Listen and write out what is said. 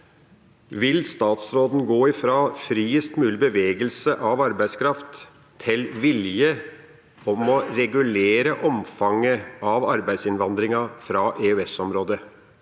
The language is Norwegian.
Vil statsråden gå fra friest mulig bevegelse av arbeidskraft til vilje til å regulere omfanget av arbeidsinnvandringen fra EØS-området